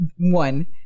one